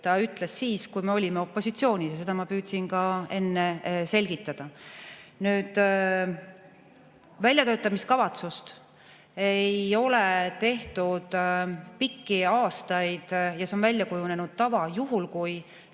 ütles siis, kui me olime opositsioonis. Ja seda ma püüdsin ka enne selgitada. Väljatöötamiskavatsust ei ole tehtud pikki aastaid ja see on väljakujunenud tava, juhul kui